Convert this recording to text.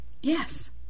Yes